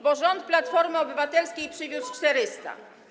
Bo rząd Platformy Obywatelskiej przywiózł 400.